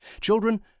Children